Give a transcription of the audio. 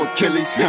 Achilles